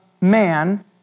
man